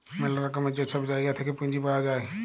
ম্যালা রকমের যে ছব জায়গা থ্যাইকে পুঁজি পাউয়া যায়